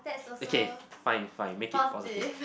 okay fine fine make it positive